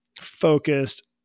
focused